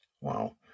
Wow